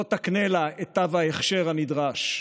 לא תקנה לה את תו ההכשר הנדרש.